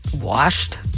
washed